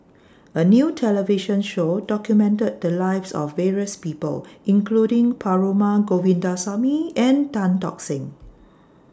A New television Show documented The Lives of various People including Perumal Govindaswamy and Tan Tock Seng